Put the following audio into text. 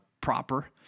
proper